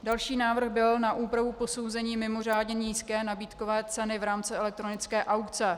Další návrh byl na úpravu posouzení mimořádně nízké nabídkové ceny v rámci elektronické aukce.